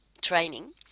training